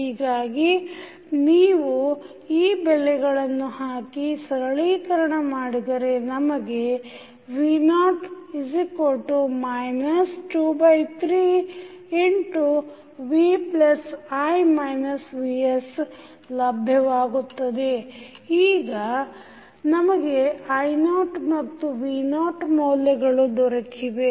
ಹೀಗಾಗಿ ನೀವು ಈ ಬೆಲೆಗಳನ್ನು ಹಾಕಿ ಸರಳೀಕರಣ ಮಾಡಿದರೆ ನಮಗೆ v0 23vi vs ಲಭ್ಯವಾಗುತ್ತದೆ ಈಗ ನಮಗೆ i0ಮತ್ತುv0 ಮೌಲ್ಯಗಳು ದೊರಕಿವೆ